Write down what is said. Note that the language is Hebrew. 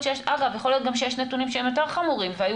שיש אגב יכול להיות שיש נתונים שהם יותר חמורים והיו